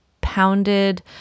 pounded